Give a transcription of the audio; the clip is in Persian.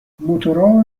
موتورا